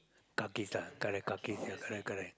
kaki lah correct kakis yeah correct correct